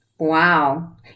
Wow